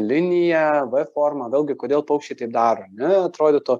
linija v forma vėlgi kodėl gi paukščiai taip daro ar ne atrodytų